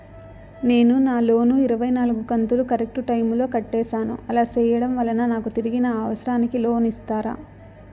నేను నా లోను ఇరవై నాలుగు కంతులు కరెక్టు టైము లో కట్టేసాను, అలా సేయడం వలన నాకు తిరిగి నా అవసరానికి లోను ఇస్తారా?